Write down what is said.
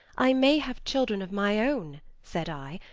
i may have children of my own, said i,